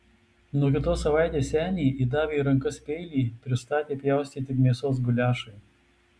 nuo kitos savaitės senį įdavę į rankas peilį pristatė pjaustyti mėsos guliašui